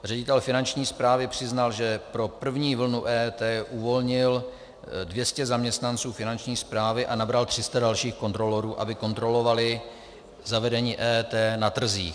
Ředitel Finanční správy přiznal, že pro první vlnu EET uvolnil 200 zaměstnanců Finanční správy a nabral 300 dalších kontrolorů, aby kontrolovali zavedení EET na trzích.